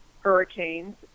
hurricanes